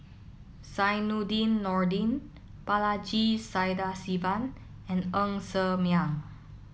Zainudin Nordin Balaji Sadasivan and Ng Ser Miang